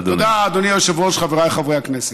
אדוני היושב-ראש, חבריי חברי הכנסת,